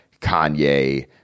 Kanye